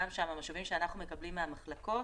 גם שם, המשובים שאנחנו מקבלים מהמחלקות